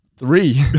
three